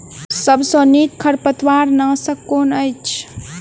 सबसँ नीक खरपतवार नाशक केँ अछि?